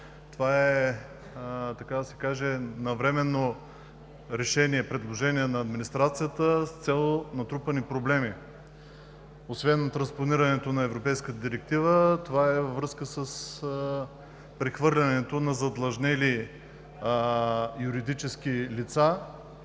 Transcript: това е, така да се каже, навременно решение, предложение на администрацията с цел натрупани проблеми. Освен транспонирането на Европейската директива, това е във връзка с прехвърлянето на задлъжнели юридически лица